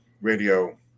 radio